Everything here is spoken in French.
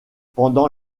pendant